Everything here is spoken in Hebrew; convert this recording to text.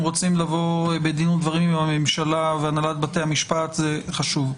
רוצים לבוא בדין ודברים עם הממשלה ועם הנהלת בתי המשפט זה חשוב,